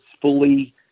fully